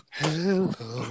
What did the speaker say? hello